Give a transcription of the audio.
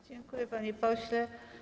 Dziękuję, panie pośle.